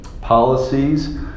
policies